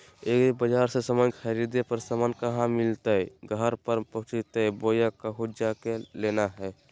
एग्रीबाजार से समान खरीदे पर समान कहा मिलतैय घर पर पहुँचतई बोया कहु जा के लेना है?